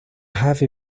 have